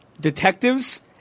detectives